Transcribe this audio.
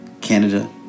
Canada